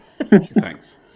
thanks